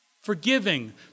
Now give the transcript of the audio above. Forgiving